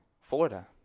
Florida